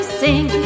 sing